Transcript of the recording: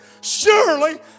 surely